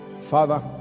father